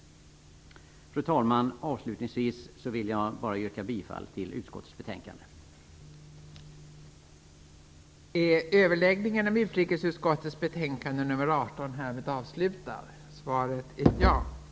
Fru talman! Avslutningsvis yrkar jag bifall till hemställan i utrikesutskottets betänkande nr 18.